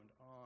on